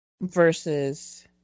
versus